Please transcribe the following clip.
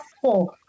four